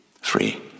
Free